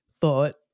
thought